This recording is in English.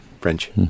French